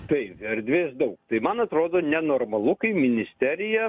taip erdvės daug tai man atrodo nenormalu kai ministerija